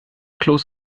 kloß